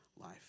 life